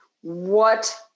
what-